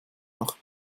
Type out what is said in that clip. noch